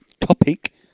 topic